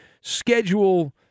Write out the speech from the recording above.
schedule